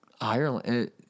Ireland